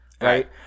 right